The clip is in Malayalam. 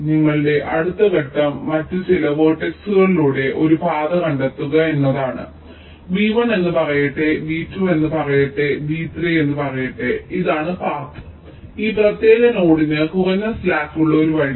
നിങ്ങളുടെ അടുത്ത ഘട്ടം മറ്റ് ചില വെർട്ടെക്സ്ളിലൂടെ ഒരു പാത കണ്ടെത്തുക എന്നതാണ് V1 എന്ന് പറയട്ടെ V2 എന്ന് പറയട്ടെ V3 പറയട്ടെ ഇതാണ് പാത്ത് ഈ പ്രത്യേക നോഡിന് കുറഞ്ഞ സ്ലാക്ക് ഉള്ള ഒരു വഴി